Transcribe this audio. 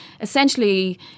essentially